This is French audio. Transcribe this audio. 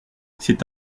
c’est